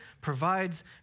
provides